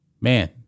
Man